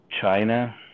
China